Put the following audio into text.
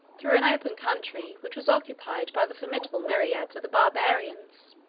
through an open country which was occupied by the formidable myriads of the barbarians.